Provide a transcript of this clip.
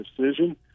decision